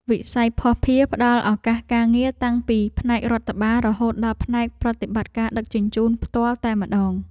វិស័យភស្តុភារផ្តល់ឱកាសការងារតាំងពីផ្នែករដ្ឋបាលរហូតដល់ផ្នែកប្រតិបត្តិការដឹកជញ្ជូនផ្ទាល់តែម្តង។